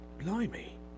Blimey